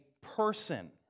person